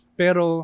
pero